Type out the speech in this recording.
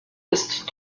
ist